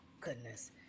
goodness